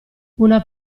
una